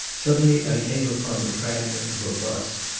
suddenly i came upon the fragment of a bust.